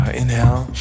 inhale